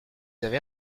avez